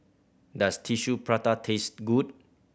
does Tissue Prata taste good